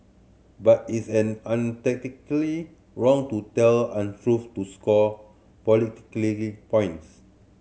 but it's an unethically wrong to tell untruth to score politically points